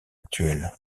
actuelle